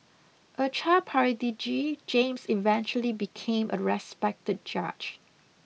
a child prodigy James eventually became a respected judge